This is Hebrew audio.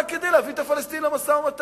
רק כדי להביא את הפלסטינים למשא-ומתן.